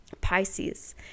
Pisces